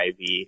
IV